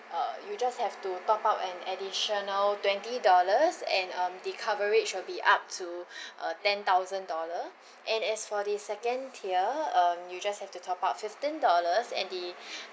uh you just have to top up an additional twenty dollars and um the coverage will be up to uh ten thousand dollar and as for the second tier um you just have to top up fifteen dollars and the